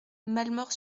malemort